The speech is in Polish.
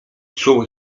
czuł